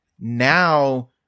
now